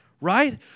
right